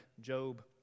Job